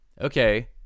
Okay